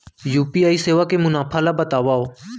UPI सेवा के मुनाफा ल बतावव?